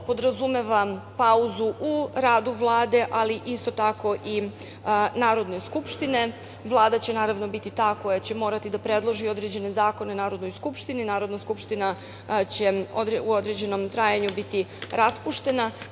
podrazumeva pauzu u radu Vlade, ali isto tako i Narodne skupštine. Vlada će, naravno, biti ta koja će morati da predloži određene zakone Narodnoj skupštini. Narodna skupština će u određenom trajanju biti raspuštena.